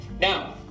Now